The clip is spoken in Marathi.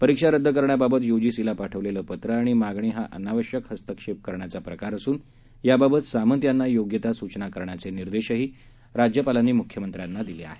परीक्षा रदद करण्याबाबत यजीसीला पाठवलेलं पत्र आणि मागणी हा अनावश्यक हस्तक्षेप करण्याचा प्रकार असून याबाबत सामंत यांना योग्य त्या सूचना करण्याचे निर्देशही राज्यपालांनी मुख्यमंत्र्यांना दिले आहेत